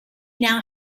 now